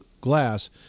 glass